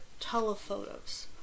telephotos